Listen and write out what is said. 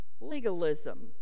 Legalism